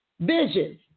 vision